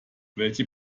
welche